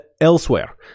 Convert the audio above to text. elsewhere